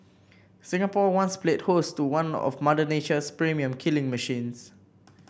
Singapore once played host to one of Mother Nature's premium killing machines